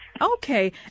Okay